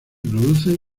produce